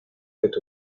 faites